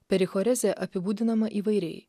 perichorizė apibūdinama įvairiai